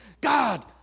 God